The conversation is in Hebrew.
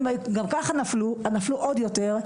גם ככה נפלו, אז נפלו עוד יותר.